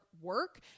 work